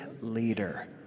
leader